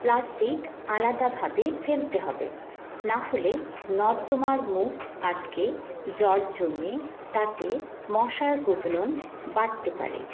plastic আলাদাভাবে ফেলতে হবে নাহলে নর্দমার মুখ আটকে জল জমে তাতে মশার প্রজনন বাড়তে পারে